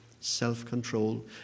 self-control